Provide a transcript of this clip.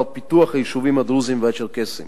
פיתוח היישובים הדרוזיים והצ'רקסיים.